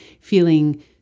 feeling